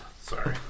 Sorry